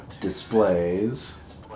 displays